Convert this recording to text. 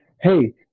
hey